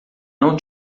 não